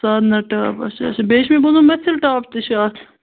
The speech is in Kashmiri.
سادنا ٹاپ اَچھا اَچھا بیٚیہِ چھِ مےٚ بوٗزمُت مِژھِل ٹاپ تہِ چھِ اَتھ